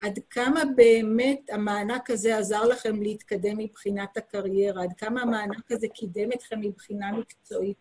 עד כמה באמת המענק הזה עזר לכם להתקדם מבחינת הקריירה? עד כמה המענק הזה קידם אתכם מבחינה מקצועית?